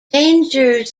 dangers